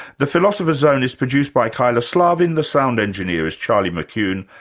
the philosopher's zone is produced by kyla slaven, the sound engineer is charlie mckune,